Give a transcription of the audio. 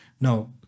Now